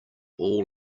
all